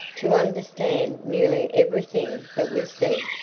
to understand nearly everything that was said,